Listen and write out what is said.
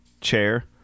chair